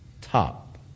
top